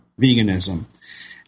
veganism